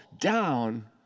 down